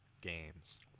games